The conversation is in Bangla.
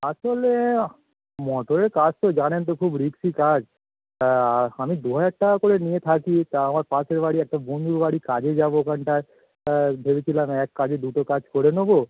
আসলে মটরের কাজ তো জানেন তো খুব রিক্সি কাজ আমি দু হাজার টাকা করে নিয়ে থাকি তা আমার পাশের বাড়ি একটা বন্ধুর বাড়ি কাজে যাবো ওখানটায় ভেবেছিলাম এক কাজে দুটো কাজ করে নেবো